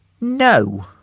No